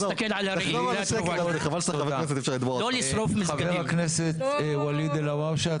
חבר הכנסת ואליד אלהואשלה,